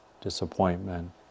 disappointment